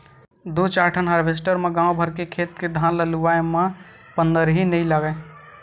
दू चार ठन हारवेस्टर म गाँव भर के खेत के धान ल लुवाए म पंदरही नइ लागय